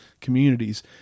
communities